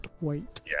wait